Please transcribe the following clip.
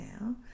now